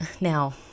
Now